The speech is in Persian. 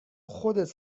خودت